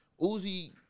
Uzi